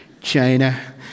China